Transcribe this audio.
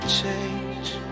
change